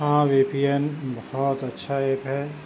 ہاں V P N بہت اچھا ایپ ہے